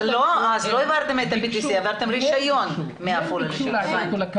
אז לא העברתם את ה- PET-CTהעברתם רישיון מעפולה לשם.